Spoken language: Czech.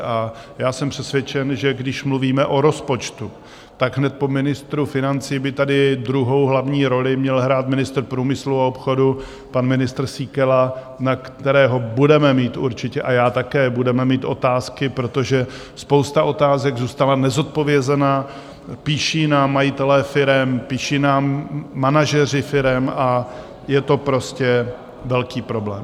A já jsem přesvědčen, že když mluvíme o rozpočtu, tak hned po ministru financí by tady druhou hlavní roli měl hrát ministr průmyslu a obchodu, pan ministr Síkela, na kterého budeme mít určitě, a já také, budeme mít otázky, protože spousta otázek zůstala nezodpovězena, píší nám majitelé firem, píší nám manažeři firem, a je to prostě velký problém.